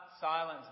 silence